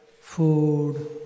food